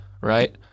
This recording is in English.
right